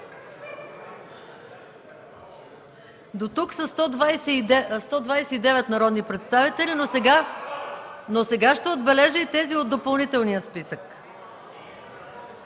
Дотук са 129 народни представители, но сега ще отбележа и тези от допълнителния списък: